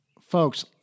Folks